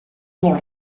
molt